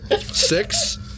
Six